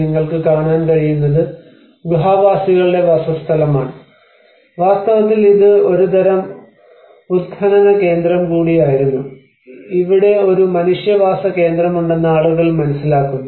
നിങ്ങൾക്ക് കാണാൻ കഴിയുന്നത് ഗുഹാവാസികളുടെ വാസസ്ഥലമാണ് വാസ്തവത്തിൽ ഇത് ഒരുതരം ഉത്ഖനന കേന്ദ്രം കൂടിയായിരുന്നു ഇവിടെ ഒരു മനുഷ്യവാസ കേന്ദ്രമുണ്ടെന്ന് ആളുകൾ മനസ്സിലാക്കുന്നു